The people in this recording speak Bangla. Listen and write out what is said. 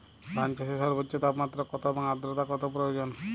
ধান চাষে সর্বোচ্চ তাপমাত্রা কত এবং আর্দ্রতা কত প্রয়োজন?